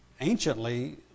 anciently